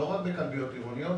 לא רק בכלביות עירוניות,